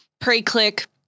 pre-click